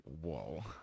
whoa